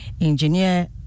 engineer